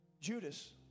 Judas